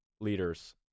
leaders